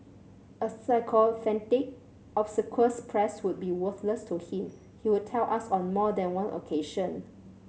a sycophantic obsequious press would be worthless to him he would tell us on more than one occasion